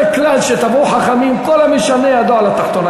זה כלל שקבעו חכמים: כל המשנה ידו על התחתונה.